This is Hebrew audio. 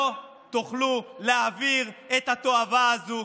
לא תוכלו להעביר את התועבה הזו.